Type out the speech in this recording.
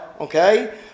okay